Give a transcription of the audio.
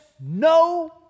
no